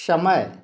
समय